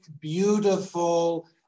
beautiful